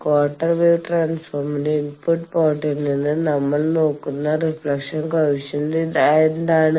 quarter wave ട്രാൻസ്ഫോർമറിന്റെ input പോർട്ടിൽ നിന്ന് നമ്മൾ നോക്കുന്ന റിഫ്ലക്ഷൻ കോയെഫിഷ്യന്റ് എന്താണ്